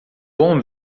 bom